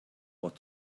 what